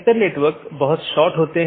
तो इस मामले में यह 14 की बात है